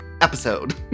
episode